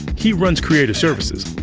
he runs creator services.